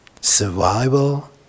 Survival